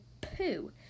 poo